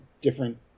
different